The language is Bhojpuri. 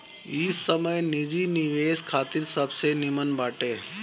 इ समय निजी निवेश खातिर सबसे निमन बाटे